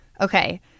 okay